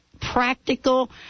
practical